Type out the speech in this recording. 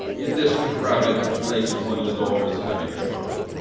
in this crowded place one is always having trouble.